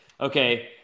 Okay